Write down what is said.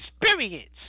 experience